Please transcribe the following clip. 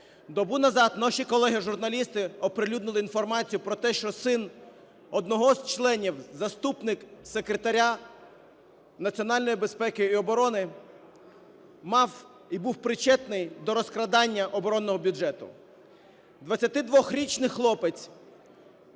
Добу назад наші колеги-журналісти оприлюднили інформацію про те, що син одного з членів, заступник секретаря Національної безпеки і оборони, мав і був причетний до розкрадання оборонного бюджету. Двадцятидвохрічний хлопець